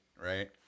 right